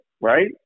right